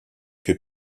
que